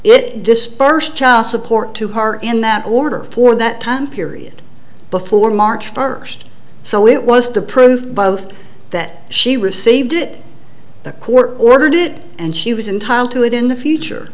it dispersed child support to heart in that order for that time period before march first so it was to prove both that she received it the court ordered it and she was in town to it in the future